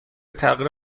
تغییر